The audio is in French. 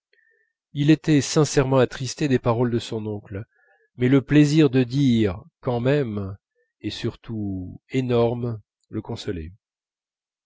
il était sincèrement attristé des paroles de son oncle mais le plaisir de dire quand même et surtout énorme le consolait